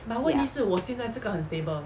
ya